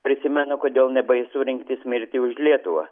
prisimenu kodėl nebaisu rinktis mirti už lietuvą